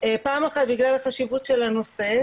פעם אחת בגלל החשיבות של הנושא,